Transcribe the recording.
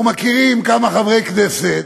אנחנו מכירים כמה חברי כנסת